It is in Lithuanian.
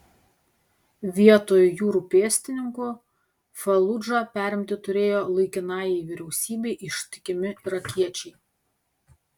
vietoj jūrų pėstininkų faludžą perimti turėjo laikinajai vyriausybei ištikimi irakiečiai